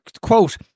quote